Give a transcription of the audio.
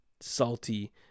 salty